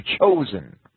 chosen